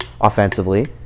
offensively